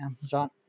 Amazon